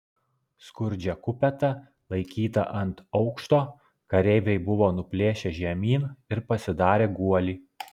skurdžią kupetą laikytą ant aukšto kareiviai buvo nuplėšę žemyn ir pasidarę guolį